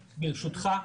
ברשותך,